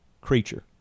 creature